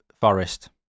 Forest